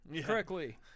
correctly